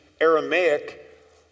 Aramaic